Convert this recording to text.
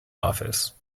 office